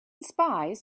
spies